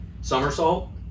Somersault